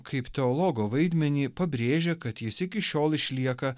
kaip teologo vaidmenį pabrėžia kad jis iki šiol išlieka